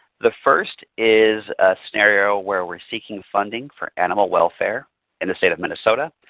the first is a scenario where we are seeking funding for animal welfare in the state of minnesota.